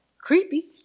Creepy